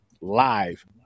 live